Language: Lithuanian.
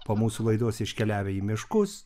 po mūsų laidos iškeliavę į miškus